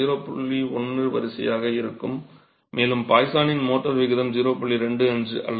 1 வரிசையாக இருக்கும் மேலும் பாய்சானின் மோர்டார் விகிதம் 0